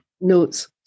notes